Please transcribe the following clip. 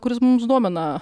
kuris mus domina